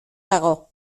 dago